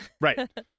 Right